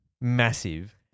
massive